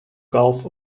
gulf